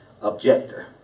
objector